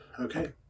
Okay